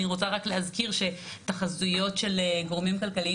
אני רוצה רק להזכיר שתחזיות של גורמים כלכליים